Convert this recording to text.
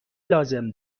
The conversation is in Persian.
لازم